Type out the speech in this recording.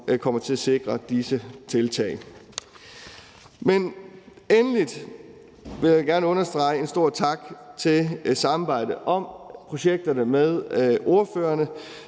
kommer til at sikre disse tiltag. Men endelig vil jeg gerne understrege en stor tak for samarbejdet med ordførerne